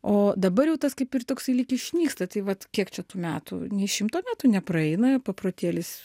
o dabar jau tas kaip ir toksai lyg išnyksta tai vat kiek čia tų metų nei šimto metų nepraeina paprotėlis